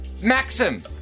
Maxim